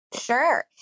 Sure